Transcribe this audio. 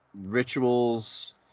rituals